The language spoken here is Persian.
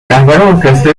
رهبر